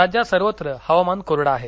राज्यात सर्वत्र हवामान कोरडं आहे